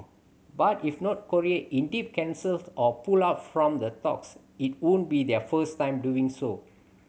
but if North Korea indeed cancels or pull out from the talks it wouldn't be their first time doing so